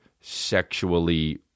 sexually